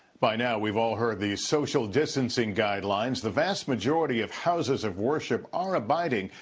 by now, we've all heard the social distancing guidelines. the vast majority of houses of worship are abiding,